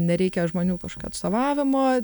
nereikia žmonių atstovavimo